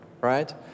right